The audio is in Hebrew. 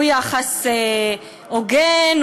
יחס הוגן,